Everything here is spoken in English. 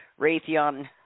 Raytheon